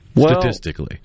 Statistically